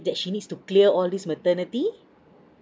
that she needs to clear all these maternity